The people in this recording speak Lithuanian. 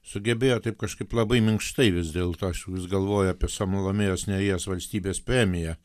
sugebėjo taip kažkaip labai minkštai vis dėlto aš vis galvoju apie samalomėjos nėries valstybės premiją